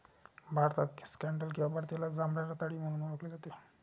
भारतात स्कँडल किंवा भारतीयाला जांभळ्या रताळी म्हणून ओळखले जाते